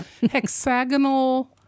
Hexagonal